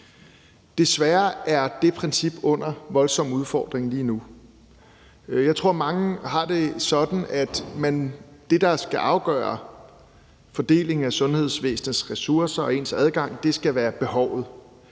Desværre er det princip voldsomt udfordret lige nu. Jeg tror, mange har det sådan, at det, der skal afgøre fordelingen af sundhedsvæsenets ressourcer og ens adgang, skal være behovet,